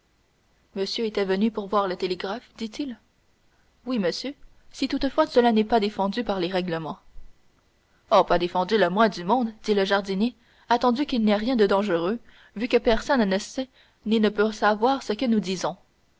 monsieur était venu pour voir le télégraphe dit-il oui monsieur si toutefois cela n'est pas défendu par les règlements oh pas défendu le moins du monde dit le jardinier attendu qu'il n'y a rien de dangereux vu que personne ne sait ni ne peut savoir ce que nous disons